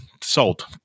sold